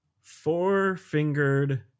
four-fingered